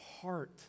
heart